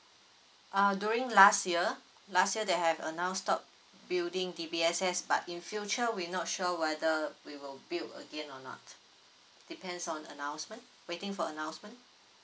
uh during last year last year they have a non stop building D_B_S_S but in future we not sure whether we will build again or not depends on announcement waiting for announcement